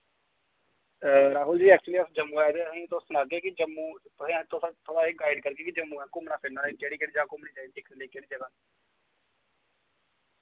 Rahul ji actually अस जम्मू आए दे असें तुस सनागे के जम्मू थोह्ड़ा अस थोह्ड़ा असें गाइड करगे के जम्मू असें घुम्मना फिरना असें केह्ड़ी केह्ड़ी जगह घुम्मने चाहिदी दिक्खने लेई केह्ड़ी जगह